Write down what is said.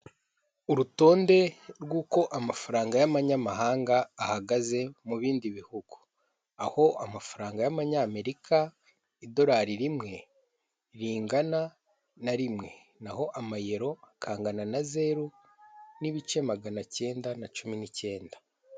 Urutonde rw'uko amafaranga y'amanyamahanga ahagaze mu bindi bihugu, aho amafaranga y'Abanyamerika Idolari rimwe ringana na rimwe, naho Amayero kangana na zeru n'ibice magana kenda na cumi n'ikenda.